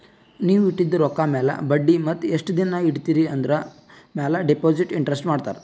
ನೀವ್ ಇಟ್ಟಿದು ರೊಕ್ಕಾ ಮ್ಯಾಲ ಬಡ್ಡಿ ಮತ್ತ ಎಸ್ಟ್ ದಿನಾ ಇಡ್ತಿರಿ ಆಂದುರ್ ಮ್ಯಾಲ ಡೆಪೋಸಿಟ್ ಇಂಟ್ರೆಸ್ಟ್ ಮಾಡ್ತಾರ